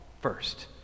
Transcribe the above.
first